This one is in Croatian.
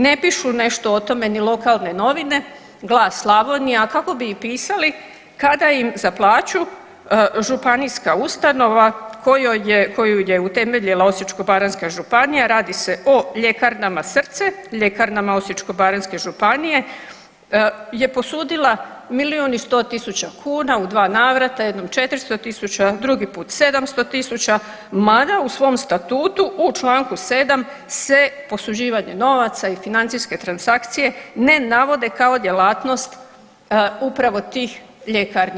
Ne pišu nešto o tome ni lokalne novine, Glas Slavonija, a kako bi i pisali kada im za plaću županijska ustanova koju je utemeljila Osječko-baranjska županija radi se o Ljekarnama Srce, ljekarnama Osječko-baranjske županije je posudila milion i 100 tisuća kuna u dva navrata, jednom 400.000, drugi put 700.000 mada u svom statutu u Članku 7. se posuđivanje novaca i financijske transakcije ne navode kao djelatnost upravo tih ljekarni.